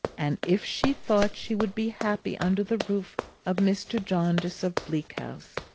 and if she thought she would be happy under the roof of mr. jarndyce of bleak house,